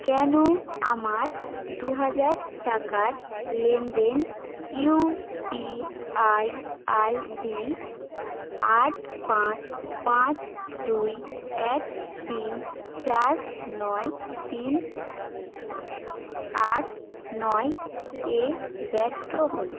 কেন আমার দু হাজার টাকার লেনদেন ইউপিআই আইডি আট পাঁচ পাঁচ দুই এক তিন চার নয় তিন আট নয় এ ব্যর্থ হল